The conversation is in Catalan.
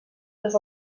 les